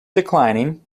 declining